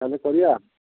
ତାହେଲେ କରିବା